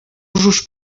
usos